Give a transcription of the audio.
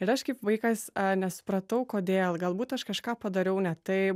ir aš kaip vaikas nesupratau kodėl galbūt aš kažką padariau ne taip